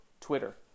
Twitter